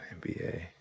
NBA